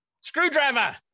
screwdriver